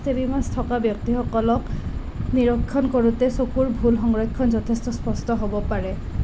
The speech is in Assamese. ষ্ট্ৰেবিমাছ থকা ব্যক্তিসকলক নিৰক্ষণ কৰোতে চকুৰ ভুল সংৰক্ষণ যথেষ্ট স্পষ্ট হ'ব পাৰে